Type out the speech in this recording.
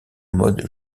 mode